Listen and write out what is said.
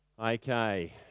Okay